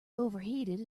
overheated